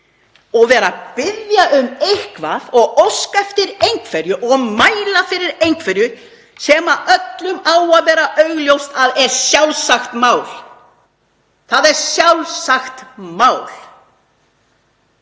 og vera að biðja um eitthvað, óska eftir einhverju og mæla fyrir einhverju sem öllum á að vera augljóst að er sjálfsagt mál. Hvernig í